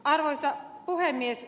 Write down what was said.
arvoisa puhemies